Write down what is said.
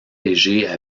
léger